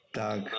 tak